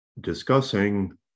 discussing